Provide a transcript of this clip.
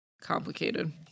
Complicated